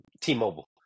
T-Mobile